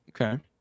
Okay